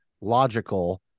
logical